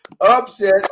upset